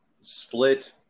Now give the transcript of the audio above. split